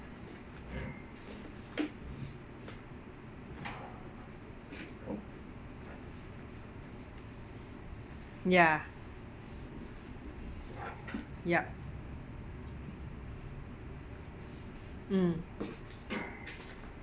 ya yup mm